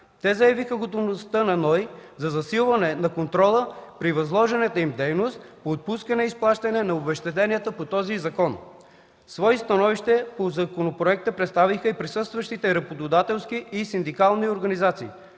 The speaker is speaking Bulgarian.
Те заявиха готовността на НОИ за засилване на контрола при възложената им дейност по отпускането и изплащането на обезщетенията по този закон. Свои становища по законопроекта изразиха и присъстващите работодателски и синдикални организации.